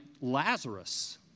Lazarus